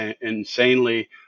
insanely